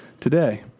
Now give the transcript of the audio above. today